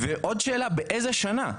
עוד שאלה, באיזה שנה?